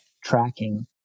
tracking